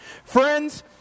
Friends